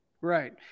Right